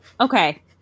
Okay